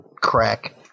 crack